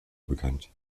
bekannt